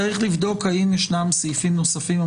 צריך לבדוק האם ישנם סעיפים נוספים או